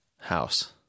house